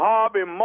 Harvey